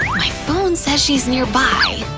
my phone says she's nearby.